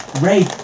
ray